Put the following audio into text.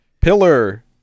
pillar